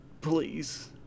please